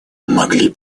могли